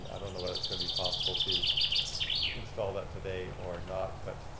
i don't know whether it's going to be possible to install that today or not but.